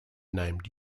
named